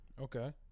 Okay